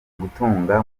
gutunga